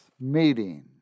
meeting